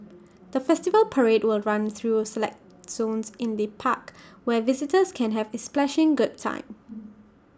the festival parade will run through select zones in the park where visitors can have A splashing good time